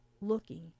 looking